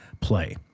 play